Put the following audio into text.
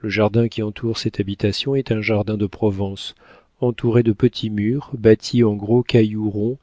le jardin qui entoure cette habitation est un jardin de provence entouré de petits murs bâtis en gros cailloux